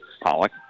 Pollock